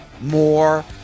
more